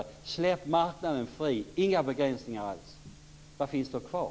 Det skall inte vara några begränsningar alls. Vad finns då kvar?